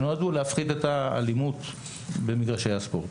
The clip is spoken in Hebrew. שנועדו להפחית את האלימות במגרשי הספורט.